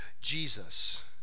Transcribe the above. jesus